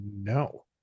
No